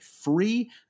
free